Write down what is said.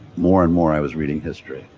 more and more i was reading history,